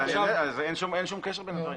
אז אין שום קשר בין הדברים.